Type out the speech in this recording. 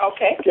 Okay